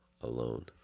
alone